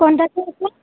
कोणत्या